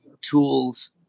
tools